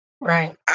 Right